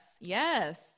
Yes